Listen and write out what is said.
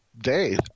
day